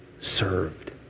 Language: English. served